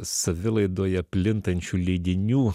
savilaidoje plintančių leidinių